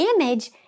image